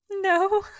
no